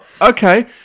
okay